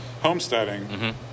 homesteading